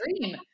dream